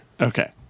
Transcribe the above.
okay